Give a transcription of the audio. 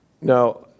now